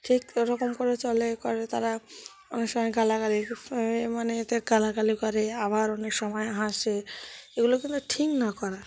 ঠিক ওরকম করে চলে এ করে তারা অনেক সময় গালাগালি মানে এতে গালাগালি করে আবার অনেক সময় হাসে এগুলো কিন্তু ঠিক না করা